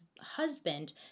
husband